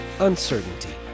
uncertainty